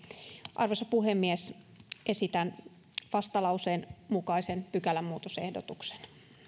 arvoisa puhemies esitän vastalauseen mukaisen pykälämuutosehdotuksen